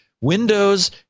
Windows